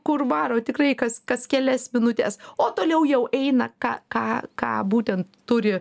kur varo tikrai kas kas kelias minutes o toliau jau eina ką ką ką būtent turi